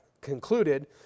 concluded